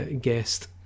guest